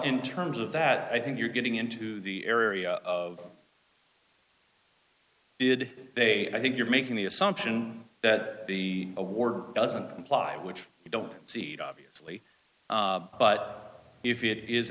in terms of that i think you're getting into the area of did they i think you're making the assumption that the award doesn't imply which you don't seed obviously but if it is